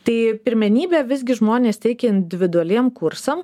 tai pirmenybę visgi žmonės teikia individualiem kursam